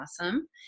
awesome